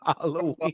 Halloween